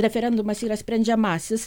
referendumas yra sprendžiamasis